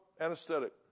anesthetic